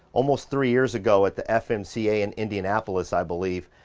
almost three years ago at the fmca in indianapolis i believe,